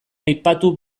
aipatu